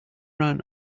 ran